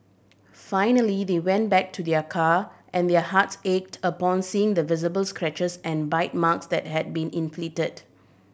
finally they went back to their car and their hearts ached upon seeing the visible scratches and bite marks that had been inflicted